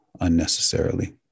unnecessarily